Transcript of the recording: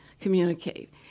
communicate